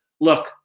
Look